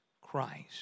Christ